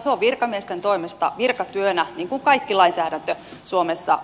se on virkamiesten toimesta virkatyönä valmisteltu niin kuin kaikki lainsäädäntö suomessa